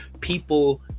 people